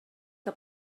que